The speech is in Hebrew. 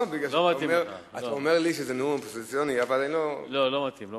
לא, בגלל שאתה אומר, לא מתאים לך.